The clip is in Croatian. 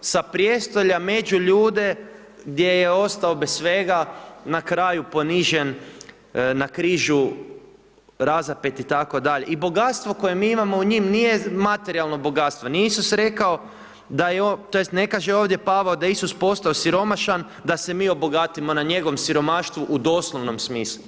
sa prijestolja među ljude, gdje je ostao bez svega, na kraju ponižen, na križu razapet itd. i bogatstvo koje mi imamo u njim, nije materijalno bogatstvo, nije Isus rekao da je tj. ne kaže ovdje Pavao da je Isus postao siromašan, da se mi obogatimo na njegovom siromaštvu u doslovnom smislu.